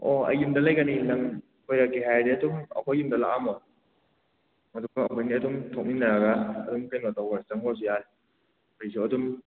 ꯑꯣ ꯑꯩ ꯌꯨꯝꯗ ꯂꯩꯒꯅꯤ ꯅꯪ ꯀꯣꯏꯔꯛꯀꯦ ꯍꯥꯏꯔꯗꯤ ꯑꯗꯨꯝ ꯑꯩꯈꯣꯏ ꯌꯨꯝꯗ ꯂꯥꯛꯑꯝꯃꯣ ꯑꯗꯨꯒ ꯑꯩꯈꯣꯏꯅꯤ ꯑꯗꯨꯝ ꯊꯣꯛꯃꯤꯟꯅꯔꯒ ꯑꯗꯨꯝ ꯀꯩꯅꯣ ꯇꯧꯈ꯭ꯔꯁꯤ ꯆꯪꯈ꯭ꯔꯁꯨ ꯌꯥꯔꯦ ꯑꯩꯁꯨ ꯑꯗꯨꯝ